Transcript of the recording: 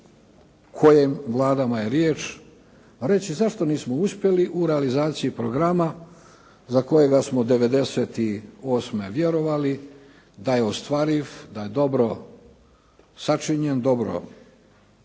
kojim vladama je riječ reći, zašto nismo uspjeli u realizaciji programa za kojega smo '98. vjerovali da je ostvariv, da je dobro sačinjen, dobro